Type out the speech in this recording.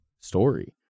story